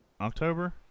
October